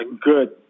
good